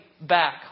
back